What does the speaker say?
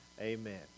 amen